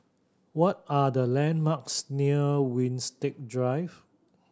what are the landmarks near Winstedt Drive